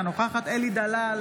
אינה נוכחת אלי דלל,